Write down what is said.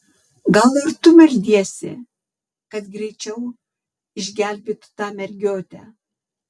gal ir tu meldiesi kad greičiau išgelbėtų tą mergiotę